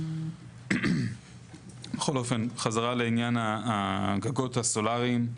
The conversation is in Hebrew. בכל אופן, חזרה לעניין הגגות הסולריים.